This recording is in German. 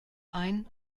ein